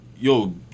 yo